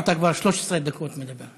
אתה כבר 13 דקות מדבר.